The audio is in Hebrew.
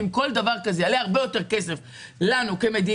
אם כל דבר כזה יעלה הרבה יותר כסף לנו כמדינה,